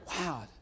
wow